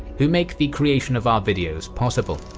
who make the creation of our videos possible.